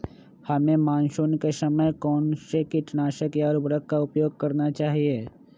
हमें मानसून के समय कौन से किटनाशक या उर्वरक का उपयोग करना चाहिए?